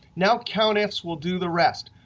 now countifs will do the rest.